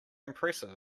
impressive